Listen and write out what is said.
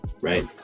right